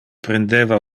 prendeva